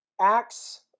acts